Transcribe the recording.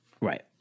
Right